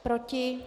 Proti?